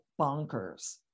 bonkers